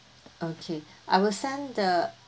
okay I will send the